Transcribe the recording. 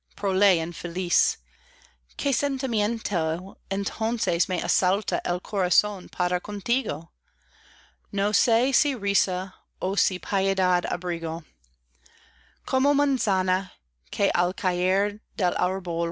qué sentimiento entonces me asalta el corazón para contigo no sé si risa ó si piedad abrigo como manzana que al caer